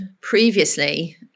previously